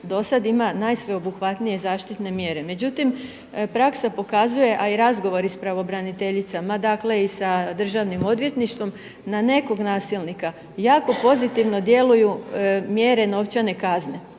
dosad ima najsveobuhvatnije zaštitne mjere. Međutim, praksa pokazuje a i razgovori sa pravobraniteljicama dakle i sa državnim odvjetništvom na nekog nasilnika. Jako pozitivno djeluju mjere novčane kazne.